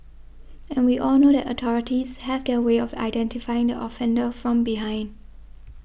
and we all know that authorities have their way of identifying the offender from behind